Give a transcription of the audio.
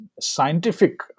scientific